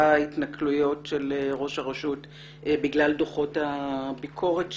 התנכלויות של ראש הרשות בגלל דוחות הביקורת שלה.